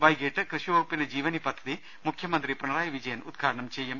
വൈകീട്ട് കൃഷിവകുപ്പിന്റെ ജീവനി പദ്ധതി മുഖ്യമന്ത്രി പിണറായി വിജയൻ ഉദ്ഘാടനം ചെയ്യും